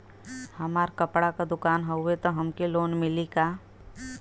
हमार कपड़ा क दुकान हउवे त हमके लोन मिली का?